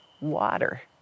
water